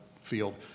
field